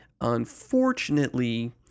unfortunately